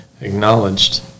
acknowledged